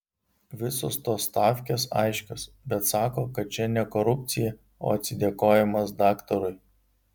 visos tos stavkės aiškios bet sako kad čia ne korupcija o atsidėkojimas daktarui